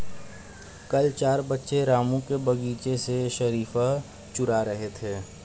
कल चार बच्चे रामू के बगीचे से शरीफा चूरा रहे थे